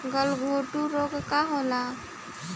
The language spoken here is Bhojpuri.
गलघोंटु रोग का होला?